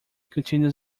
continues